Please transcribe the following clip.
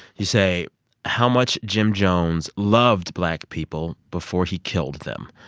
you say how much jim jones loved black people before he killed them.